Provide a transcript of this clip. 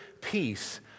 peace